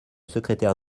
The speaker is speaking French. secrétaire